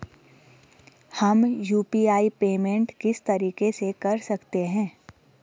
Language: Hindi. हम यु.पी.आई पेमेंट किस तरीके से कर सकते हैं?